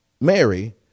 Mary